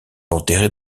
enterrée